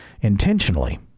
intentionally